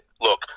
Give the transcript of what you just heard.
Look